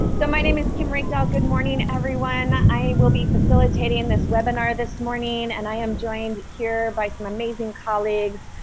so my name is kim reykdal, good morning everyone. i will be facilitating this webinar this morning, and i am joined here by some amazing colleagues.